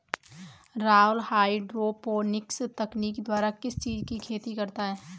Rahul hydroponics तकनीक द्वारा किस चीज की खेती करता है?